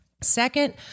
Second